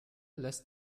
lässt